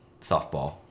softball